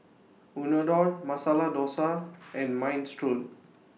Unadon Masala Dosa and Minestrone